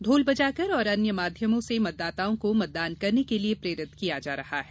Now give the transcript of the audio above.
ढोल बजाकर एवं अन्य माध्यमों से मतदाताओं को मतदान करने के लिये प्रेरित किया जा रहा है